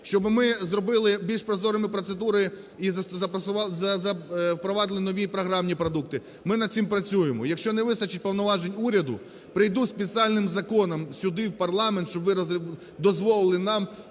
Щоб ми зробили більш прозорими процедури і впровадили нові програмні продукти. Ми над цим працюємо. Якщо не вистачить повноважень уряду, прийду зі спеціальним законом сюди, в парламент, щоб ви дозволили нам